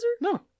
No